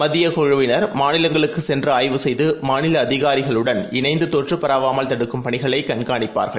மத்தியக்குழுவினர்மாநிலங்களுக்குசென்றுஆய்வுசெய்து மாநிலஅதிகாரிகளுடன்இணைந்துதொற்றுபரவாமல்தடுக்கும்பணிகளைகண் காணிப்பார்கள்